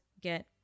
get